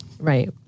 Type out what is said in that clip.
Right